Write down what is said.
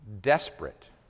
desperate